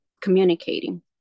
communicating